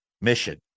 mission